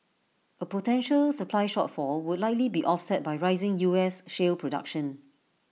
A potential supply shortfall would likely be offset by rising U S shale production